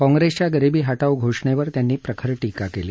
काँग्रेसच्या गरीबी हटाव घोषणेवर त्यांनी प्रखर टीका केली